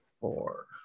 four